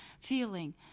feeling